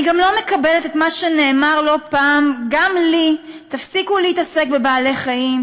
אני גם לא מקבלת את מה שנאמר לא פעם גם לי: תפסיקו להתעסק בבעלי-חיים,